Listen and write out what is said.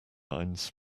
lines